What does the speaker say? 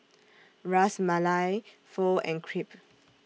Ras Malai Pho and Crepe